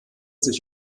sich